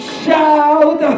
shout